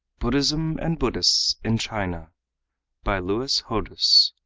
buddhism and buddhists in china by lewis hodous,